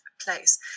place